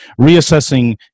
Reassessing